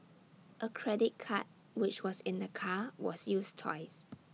A credit card which was in the car was used twice